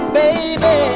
baby